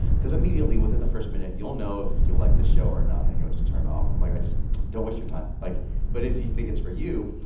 cause, immediately, within the first minute, you'll know if you'll like the show or not and you'll just turn off. i'm, like, i just don't waste your time. like but if you think it's for you,